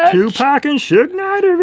tupac and shug knight are